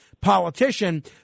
politician